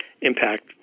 impact